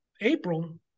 April